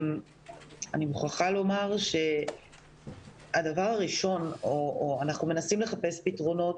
אני מוכרח לומר שאנחנו מנסים לחפש פתרונות.